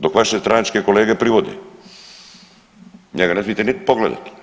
Dok vaše stranačke kolege privode, njega ne smijete niti pogledati.